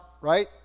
right